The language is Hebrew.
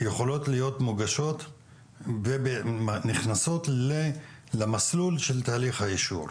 יכולות להיות מוגשות ונכנסות למסלול של תהליך היישור?